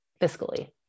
fiscally